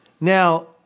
Now